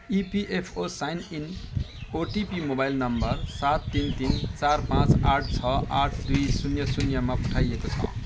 EPFO sign in OTP mobile number सात तिन तिन चार पाँच आठ छ आठ दुई शून्य शून्यमा पठाइएको छ